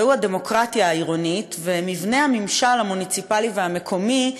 והוא הדמוקרטיה העירונית ומבנה הממשל המוניציפלי והמקומי,